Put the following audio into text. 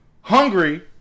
hungry